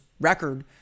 record